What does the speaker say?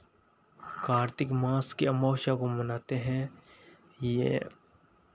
कार्तिक मास के अमावस्या को मनाते हैं ये